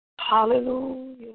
Hallelujah